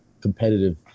competitive